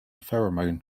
pheromone